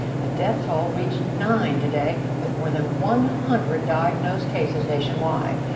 the death toll reached nine today, with more than one hundred diagnosed cases nationwide.